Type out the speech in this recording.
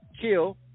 kill